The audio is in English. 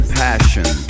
passion